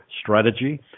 strategy